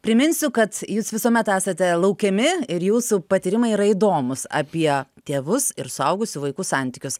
priminsiu kad jūs visuomet esate laukiami ir jūsų patyrimai yra įdomūs apie tėvus ir suaugusių vaikų santykius